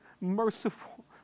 merciful